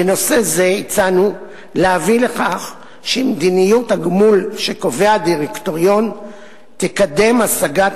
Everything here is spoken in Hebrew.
בנושא זה הצענו להביא לכך שמדיניות הגמול שקובע הדירקטוריון תקדם השגת